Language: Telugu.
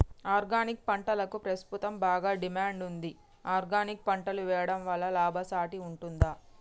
ఆర్గానిక్ పంటలకు ప్రస్తుతం బాగా డిమాండ్ ఉంది ఆర్గానిక్ పంటలు వేయడం వల్ల లాభసాటి ఉంటుందా?